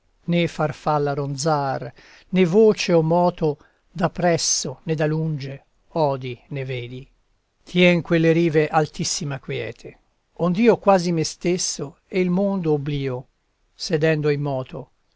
né farfalla ronzar né voce o moto da presso né da lunge odi né vedi tien quelle rive altissima quiete ond'io quasi me stesso e il mondo obblio sedendo immoto